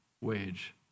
wage